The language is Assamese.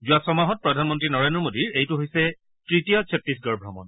যোৱা ছমাহত প্ৰধানমন্ত্ৰী নৰেন্দ্ৰ মোডীৰ এইটো হৈছে তৃতীয় ছত্তীশগড় ভ্ৰমণ